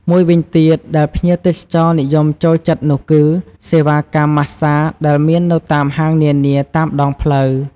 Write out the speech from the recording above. មួយវិញទៀតដែលភ្ញៀវទេសចរណ៍និយមចូលចិត្តនោះគឺ សេវាកម្មម៉ាស្សាដែលមាននៅតាមហាងនានាតាមដងផ្លូវ។